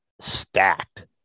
stacked